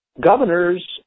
Governors